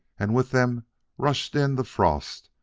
and with them rushed in the frost,